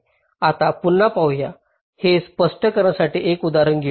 आता पुन्हा पाहूया हे स्पष्ट करण्यासाठी एक उदाहरण घेऊ